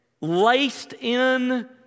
laced-in